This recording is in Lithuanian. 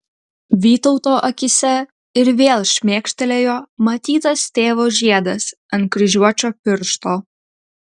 vytauto akyse ir vėl šmėkštelėjo matytas tėvo žiedas ant kryžiuočio piršto